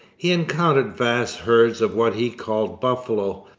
he encountered vast herds of what he called buffalo,